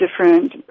different